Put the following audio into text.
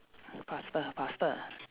faster faster